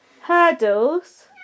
hurdles